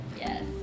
Yes